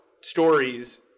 stories